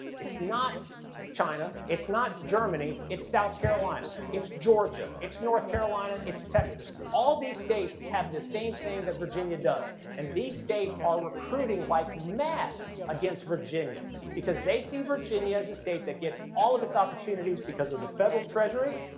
it's not china, it's not germany, it's south carolina, it's georgia, it's north carolina, its texas. all these states have the same thing that virginia does and these states are recruiting like mad against virginia because they see virginia as a state that gets all of its opportunities because of the federal treasury